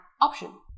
option